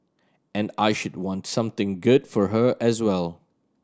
and I should want something good for her as well